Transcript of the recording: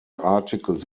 articles